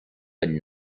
but